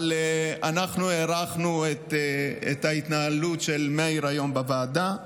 אבל אנחנו הערכנו את ההתנהלות של מאיר היום בוועדה.